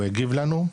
הוא הגיב לנו.